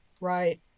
right